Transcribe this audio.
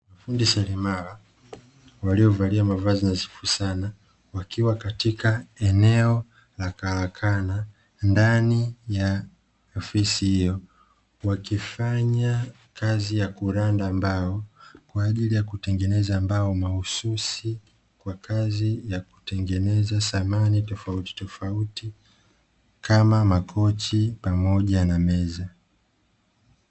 Mafundi seremala waliovaa mavazi nadhifu sana wakiwa katika eneo la karakana ndani ya ofisi hiyo, wakifanya kazi ya kuranda mbao kwa ajili ya kutengeneza mbao mahususi kwa kazi ya kutengeneza samani tofautitofauti kama makochi pamoja na meza.